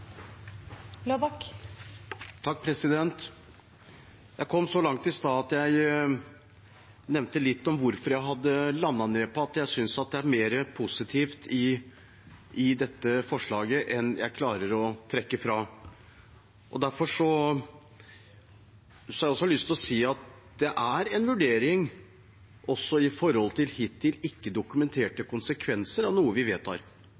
Jeg kom så langt i stad at jeg nevnte litt om hvorfor jeg hadde landet på at jeg synes det er mer positivt i dette forslaget enn jeg klarer å trekke fra. Derfor har jeg lyst til å si at det også er en vurdering knyttet til hittil ikke-dokumenterte konsekvenser av noe vi vedtar.